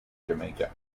jamaica